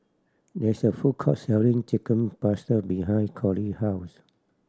there is a food court selling Chicken Pasta behind Colie house